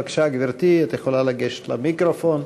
בבקשה, גברתי, את יכולה לגשת למיקרופון.